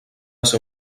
ser